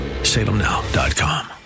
Salemnow.com